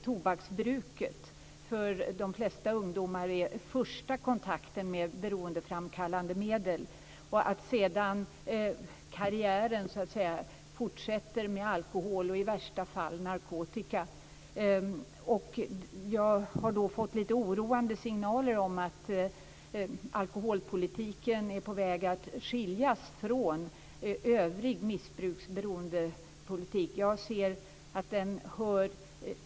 Tobaksbruket är för de flesta ungdomar faktiskt den första kontakten med beroendeframkallande medel. "Karriären" fortsätter sedan med alkohol och i värsta fall narkotika. Jag har fått lite oroande signaler om att alkoholpoliken är på väg att skiljas från övrig politik vad gäller missbruks och beroendeformer.